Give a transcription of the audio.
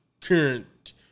current